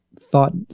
thought